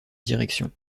direction